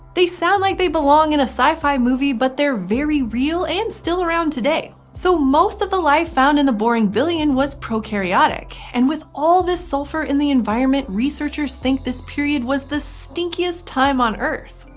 they sound like they belong in a scifi movie, but they're very real, and still around today. so most of the life found in the boring billion was prokaryotic. and with all this sulfur in the environment, researchers think this period was the stinkiest time on earth!